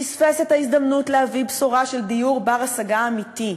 פספסה את ההזדמנות להביא בשורה של דיור בר-השגה אמיתי,